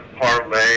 parlay